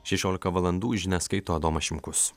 šešiolika valandų žinias skaito adomas šimkus